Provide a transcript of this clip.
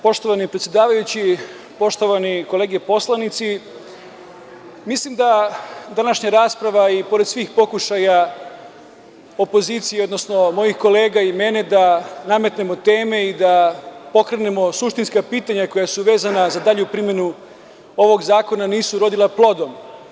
Poštovani predsedavajući, poštovane kolege poslanici, mislim da današnja rasprava i pored svih pokušaja opozicije, odnosno mojih kolega i mene, da nametnemo teme i da pokrenemo suštinska pitanja koja su vezana za primenu ovog zakona, nisu urodila plodom.